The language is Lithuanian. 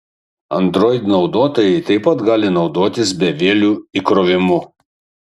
android naudotojai taip pat gali naudotis bevieliu įkrovimu